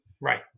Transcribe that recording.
Right